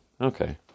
Okay